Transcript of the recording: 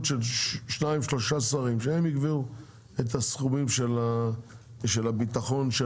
של 2-3 שרים שהם יקבעו את הסכומים של הביטחון של